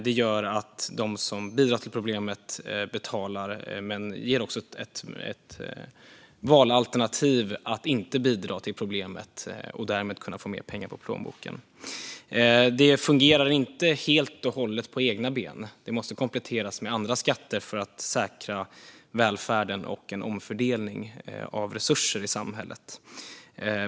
Det gör att de som bidrar till problemet betalar men ger samtidigt ett valalternativ att inte bidra till problemet och därmed kunna få mer pengar i plånboken. Det fungerar inte helt och hållet på egna ben. Det måste kompletteras med andra skatter för att säkra välfärden och en omfördelning av resurser i samhället.